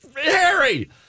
Harry